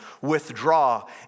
withdraw